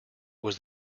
was